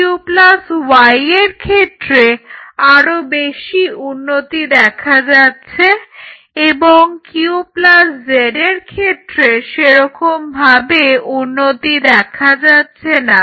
Q plus y এর ক্ষেত্রে আরও বেশি উন্নতি দেখা যাচ্ছে এবং Q প্লাস z এর ক্ষেত্রে সেরকম ভাবে উন্নতি দেখা যাচ্ছে না